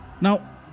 Now